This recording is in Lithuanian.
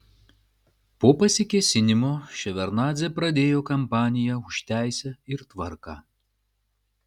po pasikėsinimo ševardnadzė pradėjo kampaniją už teisę ir tvarką